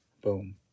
Boom